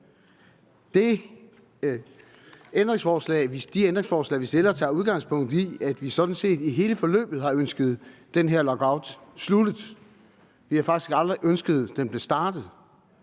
De ændringsforslag, vi stiller, tager udgangspunkt i, at vi sådan set i hele forløbet har ønsket den her lockout sluttet. Vi har faktisk aldrig ønsket, den blev startet,